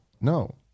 No